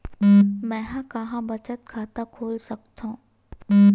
मेंहा कहां बचत खाता खोल सकथव?